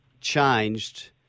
changed